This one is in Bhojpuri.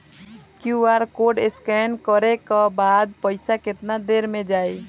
क्यू.आर कोड स्कैं न करे क बाद पइसा केतना देर म जाई?